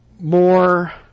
More